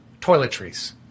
toiletries